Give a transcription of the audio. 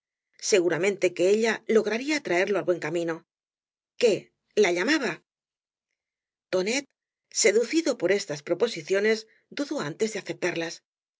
mente que ella lograría atraerlo al buen camino qaé la llamaba tonet seducido por estas proposiciones dudó antes de aceptarlas